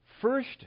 First